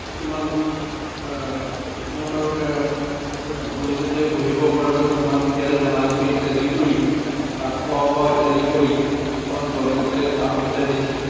কিছুমান সিহঁতকে মানে ভৱিষ্যতে গঢ়িব পৰাকৈ কিছুমান খেল ধেমালিকেই ইত্যাদি কৰি বা খোৱা বোৱা ইত্যাদি কৰি কিছুমান গভমেন্টে সা সুবিধা দিছে